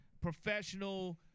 professional